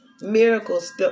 Miracles